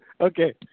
Okay